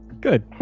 Good